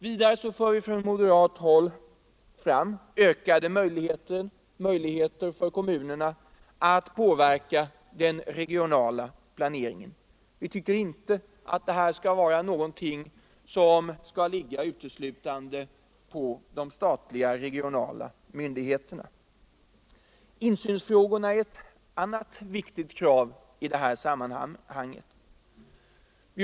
Vidare för vi från moderat håll fram ökade möjligheter för kommunerna att påverka den regionala planeringen. Vi tycker inte att det här skall vara någonting som huvudsakligen skall ligga på de statliga myndigheterna. Ett annat viktigt krav i detta sammanhang gäller insynsfrågorna.